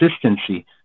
consistency